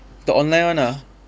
the online one ah